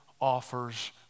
offers